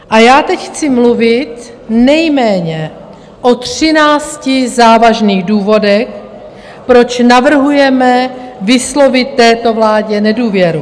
A já teď chci mluvit nejméně o 13 závažných důvodech, proč navrhujeme vyslovit této vládě nedůvěru.